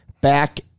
Back